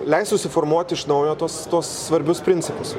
leis susiformuoti iš naujo tuos tuos svarbius principus